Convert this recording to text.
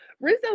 Rizzo